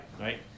right